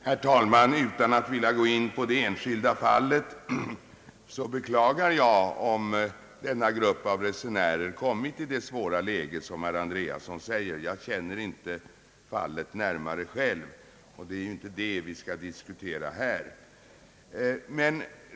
Herr talman! Utan att vilja gå in på det enskilda fallet beklagar jag om denna grupp av resenärer har kommit i det svåra läge som herr Andreasson säger. Jag känner inte fallet närmare själv, och det är inte det vi skall diskutera här.